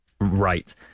right